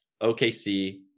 OKC